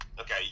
Okay